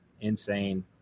Insane